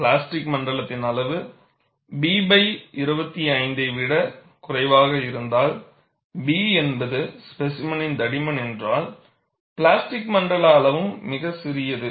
plastic மண்டலத்தின் அளவு B 25 ஐ விட குறைவாக இருந்தால் B என்பது ஸ்பேசிமெனின் தடிமன் என்றால் பிளாஸ்டிக் மண்டல அளவு மிகவும் சிறியது